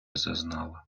зазнала